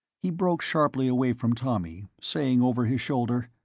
he broke sharply away from tommy, saying over his shoulder,